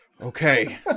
Okay